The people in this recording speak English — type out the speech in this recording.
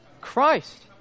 Christ